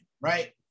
right